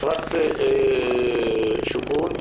אפרת שוקרון,